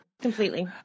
Completely